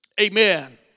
Amen